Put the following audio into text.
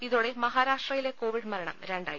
ഇതോടെ മഹാരാഷ്ട്രയിലെ കോവിഡ് മരണം രണ്ടായി